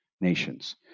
nations